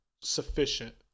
sufficient